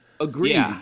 Agree